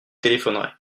téléphonerai